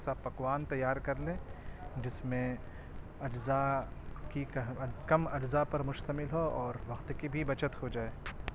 ایسا پکوان تیار کر لیں جس میں اجزا کی کم اجزا پر مشتمل ہو اور وقت کی بھی بچت ہوجائے